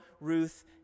Ruth